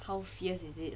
how fierce is it